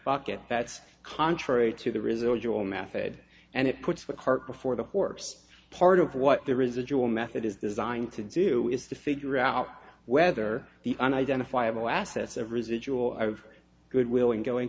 bucket that's contrary to the residual method and it puts the cart before the horse part of what the residual method is designed to do is to figure out whether the unidentifiable assets of residual goodwill and going